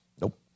Nope